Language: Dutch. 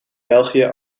belgië